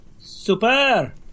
Super